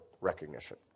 recognition